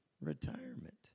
retirement